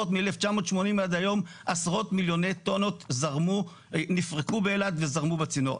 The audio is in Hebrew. מ-1980 עד היום עשרות מיליוני טונות נפרקו באילת וזרמו בצינור.